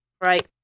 Right